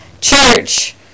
Church